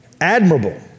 admirable